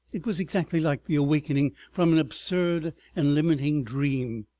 it was exactly like the awakening from an absurd and limiting dream.